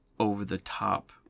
over-the-top